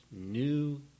new